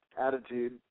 attitude